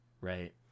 right